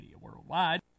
Worldwide